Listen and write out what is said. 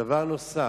דבר נוסף.